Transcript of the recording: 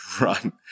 run